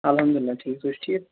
الحمُداللہ ٹھیٖک تُہی چھو ٹھیٖک